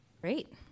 Great